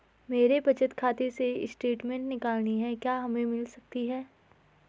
मेरे बचत खाते से स्टेटमेंट निकालनी है क्या हमें मिल सकती है?